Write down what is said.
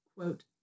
Quote